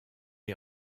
est